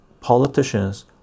politicians